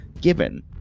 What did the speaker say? given